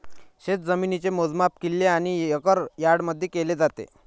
शेतजमिनीचे मोजमाप किल्ले आणि एकर यार्डमध्ये केले जाते